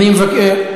אין לי בעיה.